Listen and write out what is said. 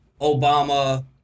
Obama